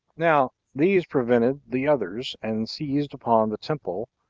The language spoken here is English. now these prevented the others, and seized upon the temple,